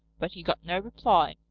but he got no reply,